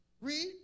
Read